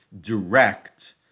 direct